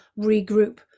regroup